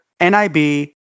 nib